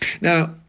Now